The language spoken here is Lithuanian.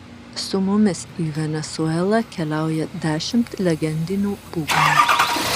su mumis į venesuelą keliauja dešimt legendinių būgnų